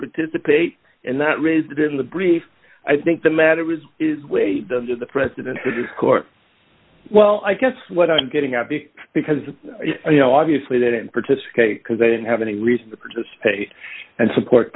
participate and that raised in the brief i think the matter was done to the president well i guess what i'm getting at be because you know obviously they didn't participate because they didn't have any reason to participate and support